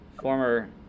former